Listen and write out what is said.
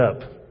up